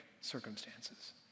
circumstances